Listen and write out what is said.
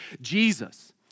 Jesus